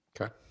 Okay